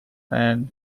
and